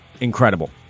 incredible